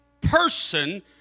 person